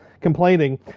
complaining